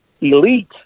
elite